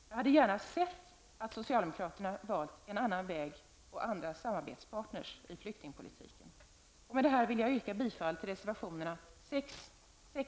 Jag hade gärna sett att socialdemokraterna valt en annan väg och andra samarbetspartners i flyktingpolitiken. Med detta vill jag yrka bifall till reservationerna 6,